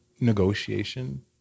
negotiation